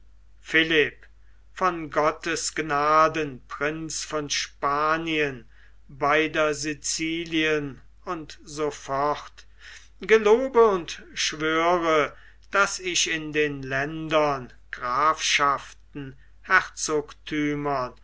philipp von gottes gnaden prinz von spanien beiden sicilien u s f gelobe und schwöre daß ich in den ländern grafschaften